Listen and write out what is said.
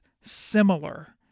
similar